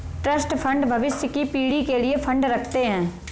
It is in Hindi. ट्रस्ट फंड भविष्य की पीढ़ी के लिए फंड रखते हैं